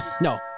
no